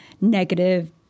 negative